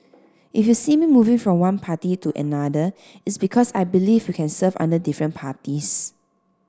if you see me moving from one party to another it's because I believe we can serve under different parties